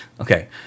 Okay